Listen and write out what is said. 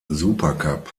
supercup